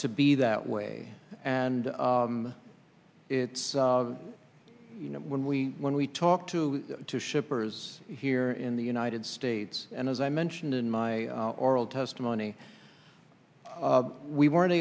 to be that way and it's you know when we when we talk to two shippers here in the united states and as i mentioned in my oral testimony we weren't